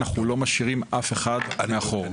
אנחנו לא משאירים אף אחד מאחור.